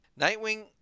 nightwing